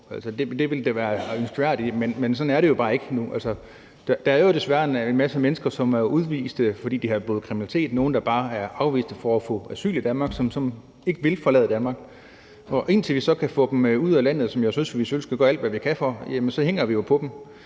Det ville da være ønskværdigt, men sådan er det jo bare ikke nu. Der er desværre en masse mennesker, som er udvist, fordi de har begået kriminalitet, og nogle, der bare har fået afvist at få asyl i Danmark, og som ikke vil forlade Danmark, og indtil vi kan få dem ud af landet, som jeg synes vi skal gøre alt, hvad vi kan, for, ja, så hænger vi jo på dem.